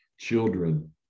children